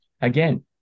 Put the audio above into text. again